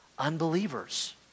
unbelievers